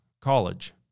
college